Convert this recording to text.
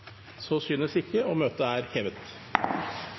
Så synes ikke, og møtet er hevet.